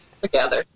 Together